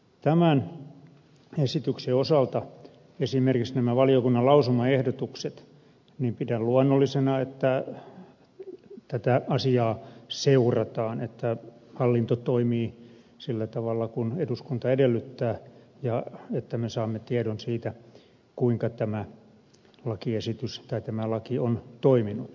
tämän esityksen osalta esimerkiksi näiden valiokunnan lausumaehdotusten mukaisesti pidän luonnollisena että tätä asiaa seurataan että hallinto toimii sillä tavalla kuin eduskunta edellyttää ja että me saamme tiedon siitä kuinka tämä lakiesitys tai tämä laki on toiminut